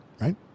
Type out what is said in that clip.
right